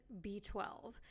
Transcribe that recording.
B12